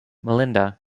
melinda